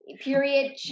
period